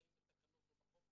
שנמצאים בתקנות או בחוק.